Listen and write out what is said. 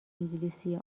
انگلیسی